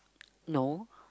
no